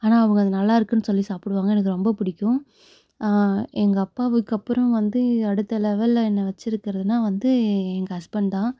ஆனால் அவங்க அது நல்லாயிருக்குனு சொல்லி சாப்பிடுவாங்க எனக்கு ரொம்ப பிடிக்கும் எங்கள் அப்பாவுக்கு அப்புறம் வந்து அடுத்த லெவலில் என்ன வச்சிருக்கிறதுனா வந்து எங்கள் ஹஸ்பண்ட் தான்